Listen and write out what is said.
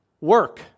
Work